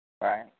Right